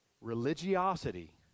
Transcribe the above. religiosity